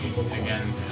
again